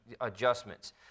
adjustments